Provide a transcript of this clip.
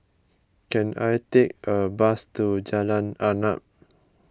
can I take a bus to Jalan Arnap